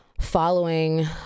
following